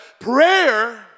prayer